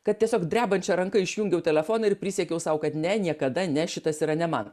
kad tiesiog drebančia ranka išjungiau telefoną ir prisiekiau sau kad ne niekada ne šitas yra ne man